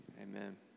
Amen